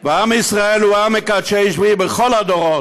ועם ישראל הוא עם מקדשי שביעי בכל הדורות.